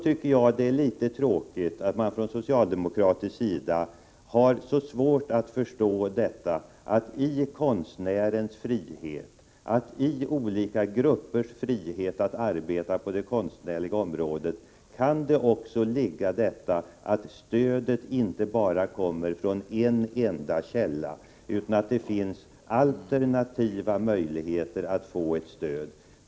Jag tycker att det är litet tråkigt att man från socialdemokratiskt håll har så svårt att förstå att det i konstnärens frihet, i olika gruppers frihet att arbeta på det konstnärliga området, kan ligga möjlighet till alternativ. Stödet behöver inte bara komma från en enda källa, utan det kan finnas alternativa möjligheter att få stöd.